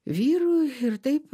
vyru ir taip